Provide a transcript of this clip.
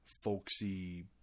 Folksy